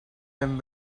them